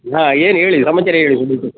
ಹಾಂ ಏನು ಹೇಳಿ ಸಮಾಚಾರ ಹೇಳಿ